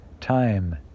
time